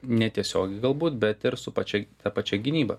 netiesiogiai galbūt bet ir su pačia ta pačia gynyba